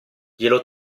glielo